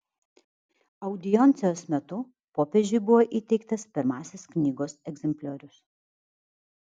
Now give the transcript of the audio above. audiencijos metu popiežiui buvo įteiktas pirmasis knygos egzempliorius